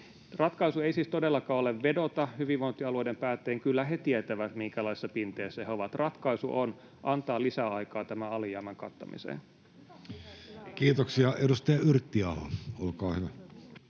Ratkaisu ei siis todellakaan ole vedota hyvinvointialueiden päättäjiin. Kyllä he tietävät, minkälaisessa pinteessä he ovat. Ratkaisu on antaa lisäaikaa tämän alijäämän kattamiseen. [Vasemmalta: Hyvä